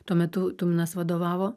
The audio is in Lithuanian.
tuo metu tuminas vadovavo